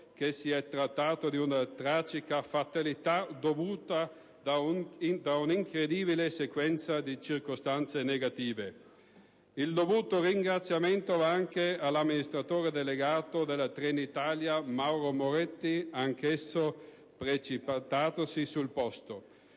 che si è trattato di una tragica fatalità dovuta a un'incredibile sequenza di circostanze negative. Il dovuto ringraziamento va anche all'amministratore delegato di Trenitalia, Mauro Moretti, anch'egli precipitatosi sul posto.